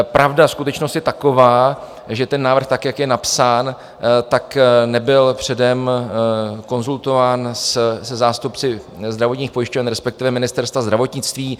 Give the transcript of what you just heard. Pravda, skutečnost je taková, že návrh, jak je napsán, nebyl předem konzultován se zástupci zdravotních pojišťoven, respektive Ministerstva zdravotnictví.